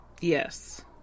Yes